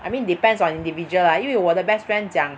I mean depends on individual lah 因为我的 best friend 讲